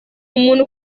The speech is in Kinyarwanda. umuntu